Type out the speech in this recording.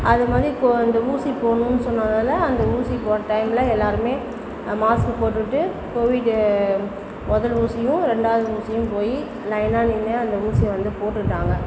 அது மாதிரி இப்போ இந்த ஊசி போடணுன்னு சொன்னனால் அந்த ஊசி போட்ட டைம்மில் எல்லாருமே மாஸ்க்கை போட்டுகிட்டு கோவிட்டு முதல் ஊசியும் ரெண்டாவது ஊசியும் போய் லைனாக நின்று அந்த ஊசியை போட்டுக்கிட்டாங்க